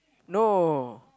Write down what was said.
no